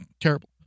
terrible